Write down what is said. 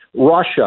Russia